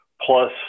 plus